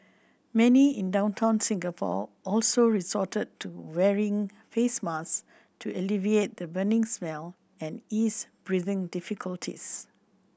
many in downtown Singapore also resorted to wearing face mask to alleviate the burning smell and ease breathing difficulties